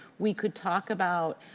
we could talk about,